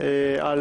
על